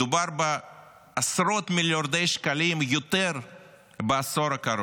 מדובר בעשרות מיליארדי שקלים יותר בעשור הקרוב.